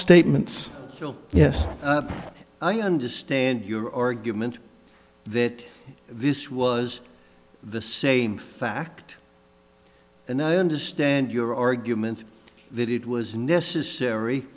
statements yes i understand your argument that this was the same fact and i understand your argument that it was necessary